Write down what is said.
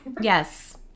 Yes